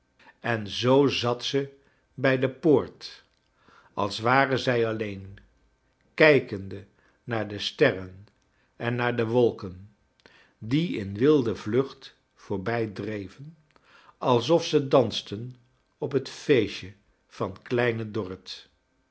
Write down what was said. en zoo zat zij bij de poort als ware zij alleen kijkende naar de sterren en naar de wolken die in wilde vlucht voorbij dreven alsof ze dans ten op het feestje van kleine dorrit